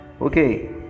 Okay